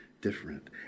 different